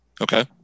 Okay